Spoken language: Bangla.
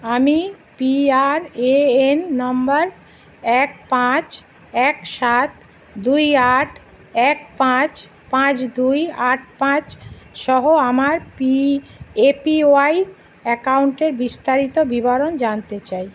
আমি P R A N number এক পাঁচ এক সাত দুই আট এক পাঁচ পাঁচ দুই আট পাঁচ সহ আমার পি এ পি ওয়াই অ্যাকাউন্টের বিস্তারিত বিবরণ জানতে চাই